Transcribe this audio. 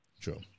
True